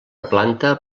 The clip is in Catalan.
planta